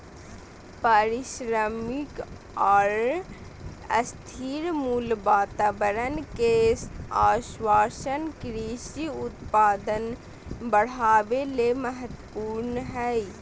पारिश्रमिक आर स्थिर मूल्य वातावरण के आश्वाशन कृषि उत्पादन बढ़ावे ले महत्वपूर्ण हई